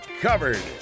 covered